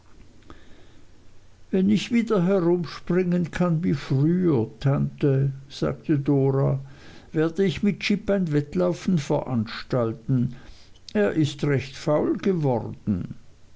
wenn ich wieder herumspringen kann wie früher tante sagte dora werde ich mit jip ein wettlaufen veranstalten er ist recht faul geworden